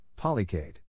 Polycade